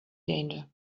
danger